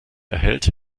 erhält